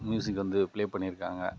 music வந்து play பண்ணிருக்காங்க